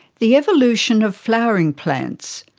the evolution of flowering plants,